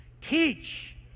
teach